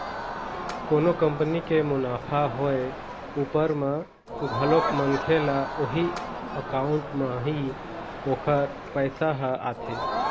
कोनो कंपनी के मुनाफा होय उपर म घलोक मनखे ल उही अकाउंट म ही ओखर पइसा ह आथे